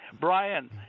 Brian